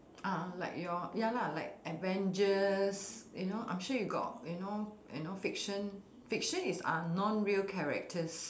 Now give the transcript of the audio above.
uh like your ya lah like avengers you know I'm sure you got you know you know fiction fiction is are non real characters